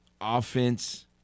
offense